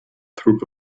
through